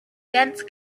dense